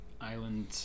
Island